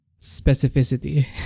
specificity